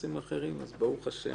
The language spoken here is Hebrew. בנושאים אחרים ברוך השם.